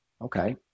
okay